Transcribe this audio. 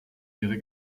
ihre